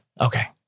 Okay